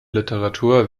literatur